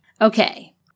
Okay